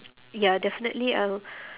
ya definitely I'll